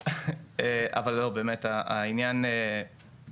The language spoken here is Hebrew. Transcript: חה"כ יעל רון בן משה בנושא: